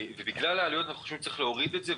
בגלל העלויות, אנחנו חושבים שצריך להוריד את זה.